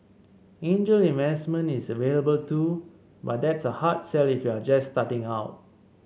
angel investment is available too but that's a hard sell if you're just starting out